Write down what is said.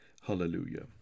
Hallelujah